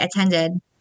attended